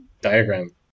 diagram